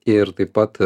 ir taip pat